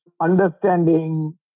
understanding